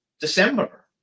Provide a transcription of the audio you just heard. December